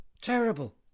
Terrible